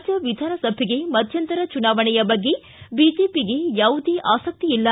ರಾಜ್ಯ ವಿಧಾನಸಭೆಗೆ ಮಧ್ಯಂತರ ಚುನಾವಣೆಯ ಬಗ್ಗೆ ಬಿಜೆಪಿಗೆ ಯಾವುದೇ ಆಸಕ್ತಿ ಇಲ್ಲ